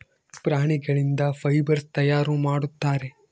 ಪ್ರಾಣಿಗಳಿಂದ ಫೈಬರ್ಸ್ ತಯಾರು ಮಾಡುತ್ತಾರೆ